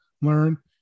learn